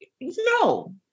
No